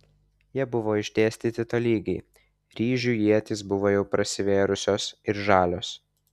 jie buvo išdėstyti tolygiai ryžių ietys buvo jau prasivėrusios ir žalios